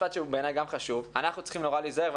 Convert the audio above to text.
משפט שבעיניי הוא גם חשוב: אנחנו צריכים להיזהר,